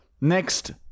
next